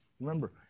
Remember